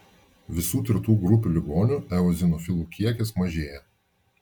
visų tirtų grupių ligonių eozinofilų kiekis mažėja